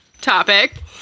topic